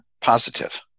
positive